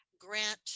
grant